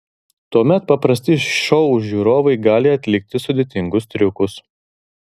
tuomet paprasti šou žiūrovai gali atlikti sudėtingus triukus